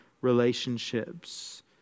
relationships